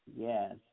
yes